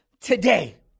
today